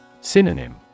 Synonym